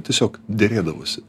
tiesiog derėdavosi